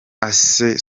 isae